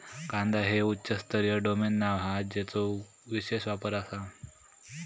कांदा हे उच्च स्तरीय डोमेन नाव हा ज्याचो विशेष वापर आसा